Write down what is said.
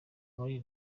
muri